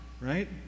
right